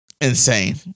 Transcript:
insane